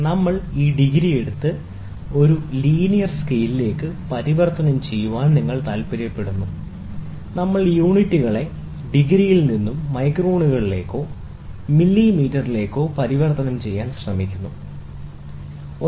നമ്മൾ ഈ ഡിഗ്രി എടുത്ത് ഒരു ലീനിയർ സ്കെയിലിലേക്ക് പരിവർത്തനം ചെയ്യാൻ നിങ്ങൾ താൽപ്പര്യപ്പെടുന്നെങ്കിൽ നമ്മൾ യൂണിറ്റുകളെ ഡിഗ്രിയിൽ നിന്നും മൈക്രോണുകളിലേക്കോ മില്ലിമീറ്ററിലേക്കോ പരിവർത്തനം ചെയ്യാൻ ശ്രമിക്കുന്നു ശരി